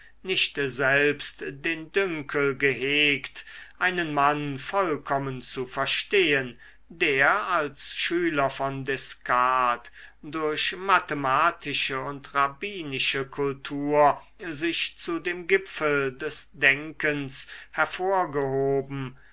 nicht selbst den dünkel gehegt einen mann vollkommen zu verstehen der als schüler von descartes durch mathematische und rabbinische kultur sich zu dem gipfel des denkens hervorgehoben